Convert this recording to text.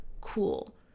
cool